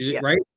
right